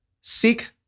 Seek